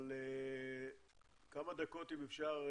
אבל כמה דקות, אם אפשר,